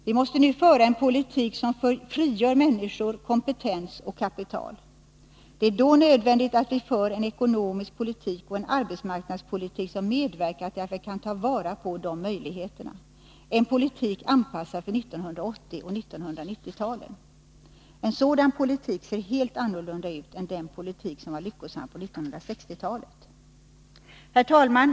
Vi måste nu föra en politik som frigör människor, kompetens och kapital. Det är då nödvändigt att vi för en ekonomisk politik och en arbetsmarknadspolitik som medverkar till att vi kan ta vara på de möjligheterna, en politik anpassad för 1980 och 1990-talen. En sådan politik ser helt annorlunda ut än den politik som var lyckosam på 1960-talet. Herr talman!